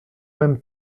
même